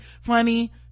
funny